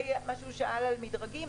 לשאלה.